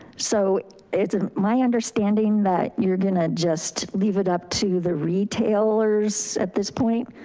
so it's my understanding that you're gonna just leave it up to the retailers at this point,